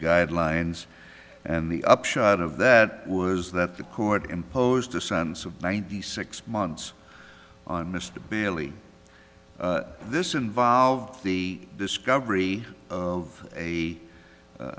guidelines and the upshot of that was that the court imposed a sense of ninety six months on mr bailey this involved the discovery of a